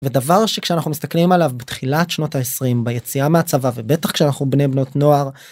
ודבר שכשאנחנו מסתכלים עליו בתחילת שנות ה-20, ביציאה מהצבא ובטח כשאנחנו בני בנות נוער.